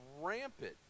rampant